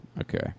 Okay